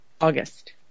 August